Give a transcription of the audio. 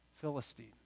Philistine